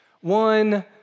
One